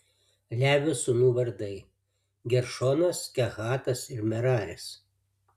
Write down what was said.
levio sūnų vardai geršonas kehatas ir meraris